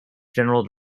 general